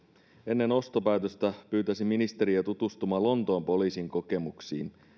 ennen ostopäätöstä pyytäisin ministeriä tutustumaan lontoon poliisin kokemuksiin